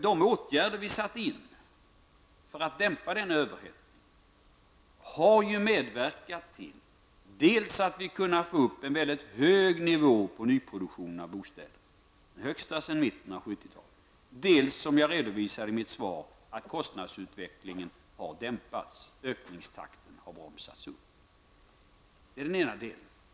De åtgärder vi satte in för att dämpa denna överhettning har medverkat till dels att vi har kunnat få upp en mycket hög nivå på nyproduktionen av bostäder, den högsta sedan mitten av 70-talet, dels, som jag redovisade i mitt svar, att kostnadsutvecklingen har dämpats. Ökningstakten har bromsats upp. Det är den ena delen.